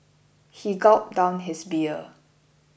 he gulped down his beer